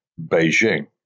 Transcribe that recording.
Beijing